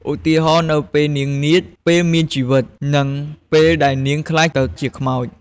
ឧទាហរណ៍ នៅពេលនាងនាថពេលមានជីវិត និងពេលដែលនាងក្លាយទៅជាខ្មោច ។